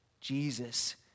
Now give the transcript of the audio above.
Jesus